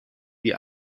die